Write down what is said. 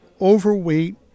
overweight